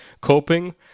coping